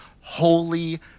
holy